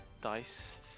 dice